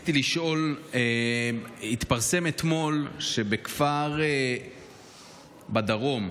רציתי לשאול, אתמול התפרסם שבכפר בדרום,